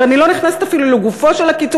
ואני אפילו לא נכנסת לגופו של הקיצוץ,